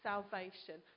salvation